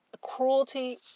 cruelty